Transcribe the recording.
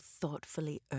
thoughtfully